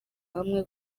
hamwe